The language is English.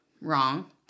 wrong